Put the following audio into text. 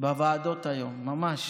בוועדות היום, ממש